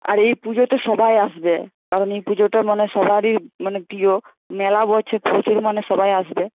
আর এই পুজোতে সবাই আসবে কারণ এই পুজোটা মানে সবারই মানে প্রিয় মেলা বসছে প্রচুর মানে সবাই আসবে